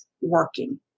working